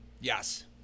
Yes